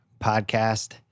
Podcast